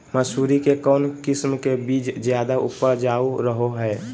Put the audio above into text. मसूरी के कौन किस्म के बीच ज्यादा उपजाऊ रहो हय?